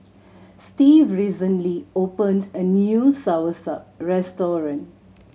Stevie recently opened a new soursop restaurant